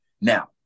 Now